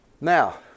now